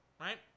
right